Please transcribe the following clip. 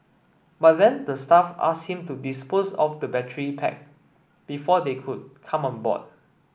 but then the staff asked him to dispose of the battery pack before they could come on board